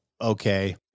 okay